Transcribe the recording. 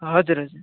हजुर हजुर